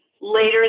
later